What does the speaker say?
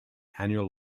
annual